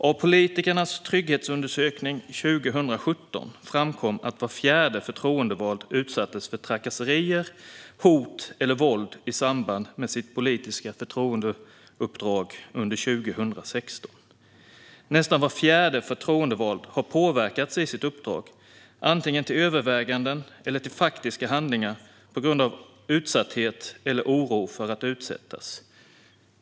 Av politikernas trygghetsundersökning 2017 framkom att var fjärde förtroendevald utsattes för trakasserier, hot eller våld i samband med sitt politiska förtroendeuppdrag under 2016. Nästan var fjärde förtroendevald har påverkats i sitt uppdrag, antingen till överväganden eller till faktiska handlingar, på grund av utsatthet eller oro för att utsättas.